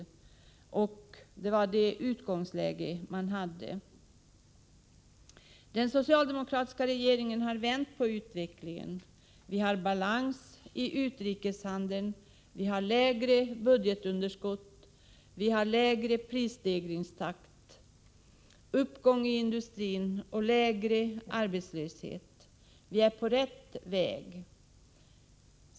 Detta var utgångsläget för den nuvarande socialdemokratiska regeringen. Den socialdemokratiska regeringen har vänt på utvecklingen. Vi har balans i utrikeshandeln, lägre budgetunderskott, lägre prisstegringstakt, uppgång i industrin och lägre arbetslöshet. Vi är på rätt väg.